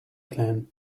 clan